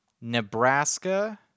Nebraska